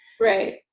Right